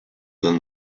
then